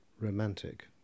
romantic